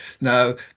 Now